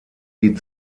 die